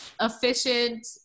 efficient